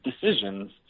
decisions